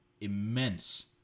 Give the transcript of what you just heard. immense